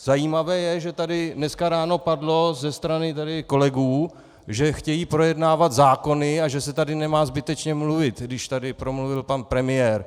Zajímavé je, že tady dneska ráno padlo ze strany kolegů, že chtějí projednávat zákony a že se tady nemá zbytečně mluvit, když tady promluvil pan premiér.